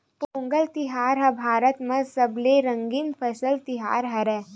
पोंगल तिहार ह भारत म सबले रंगीन फसल तिहार हरय